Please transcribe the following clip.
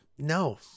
No